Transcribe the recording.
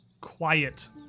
quiet